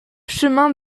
chemin